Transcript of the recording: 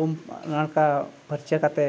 ᱩᱢ ᱱᱟᱲᱠᱟ ᱯᱷᱟᱨᱪᱟ ᱠᱟᱛᱮ